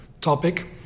topic